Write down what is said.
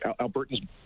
Albertans